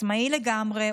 עצמאי לגמרי,